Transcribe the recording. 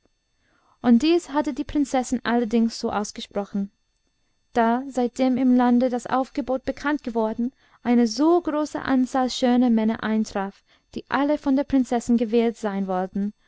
und dies hatte die prinzessin allerdings so ausgesprochen da seitdem im lande das aufgebot bekanntgeworden eine so große anzahl schöner männer eintraf die alle von der prinzessin gewählt sein wollten